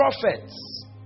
prophets